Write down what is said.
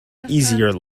easier